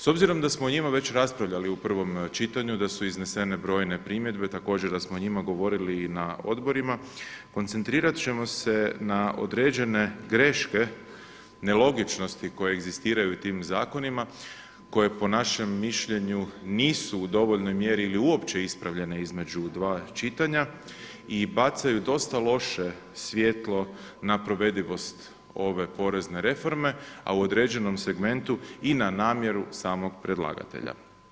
S obzirom da smo o njima već raspravljali u prvom čitanju, da su iznesene brojne primjedbe, također da smo o njima govorili i na odborima, koncentrirat ćemo se na određene greške nelogičnosti koje egzistiraju u tim zakonima koje po našem mišljenju nisu u dovoljnoj mjeri ili uopće ispravljene između dva čitanja, i bacaju dosta loše svjetlo na provedivost ove porezne reforme, a u određenom segmentu i na namjeru samog predlagatelja.